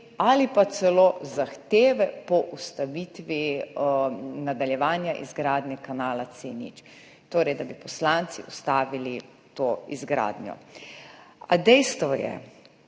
ali pa celo zahteve po ustavitvi nadaljevanja izgradnje kanala C0, torej da bi poslanci ustavili to izgradnjo. A dejstvo je,